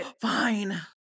fine